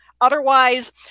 Otherwise